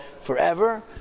forever